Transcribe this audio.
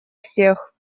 всех